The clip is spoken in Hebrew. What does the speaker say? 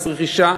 מס רכישה,